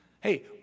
Hey